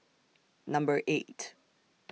Number eight